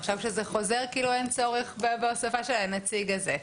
עכשיו כשזה חוזר אין צורך להוסיף את הנציג הזה.